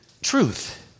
truth